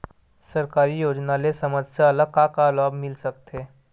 सरकारी योजना ले समस्या ल का का लाभ मिल सकते?